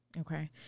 Okay